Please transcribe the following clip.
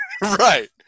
Right